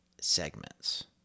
segments